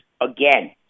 again